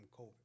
COVID